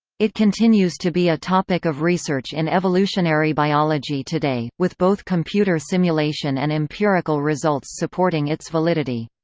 it continues to be a topic of research in evolutionary biology today, with both computer simulation and empirical results supporting its validity.